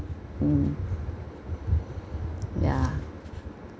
mm ya